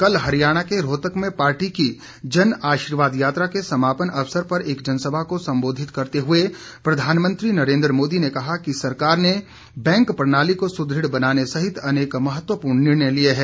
कल हरियाणा के रोहतक में पार्टी की जन आशीर्वाद यात्रा के समापन अवसर पर एक जनसभा को सम्बोधित करते हुए प्रधानमंत्री नरेंद्र मोदी ने कहा कि सरकार ने बैंक प्रणाली को सुदृढ़ बनाने सहित अनेक महत्वपूर्ण निर्णय लिये हैं